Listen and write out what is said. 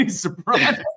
surprise